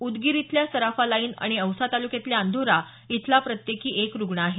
उदगीर इथल्या सराफा लाईन आणि औसा तालुक्यातल्या अंधोरा इथला प्रत्येकी एक रुग्ण आहे